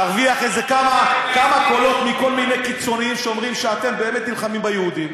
להרוויח כמה קולות מכל מיני קיצונים שאומרים שאתם באמת נלחמים ביהודים,